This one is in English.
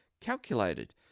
calculated